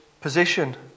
position